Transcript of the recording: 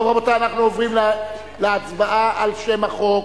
טוב, רבותי, אנחנו עוברים להצבעה על שם החוק.